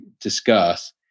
discuss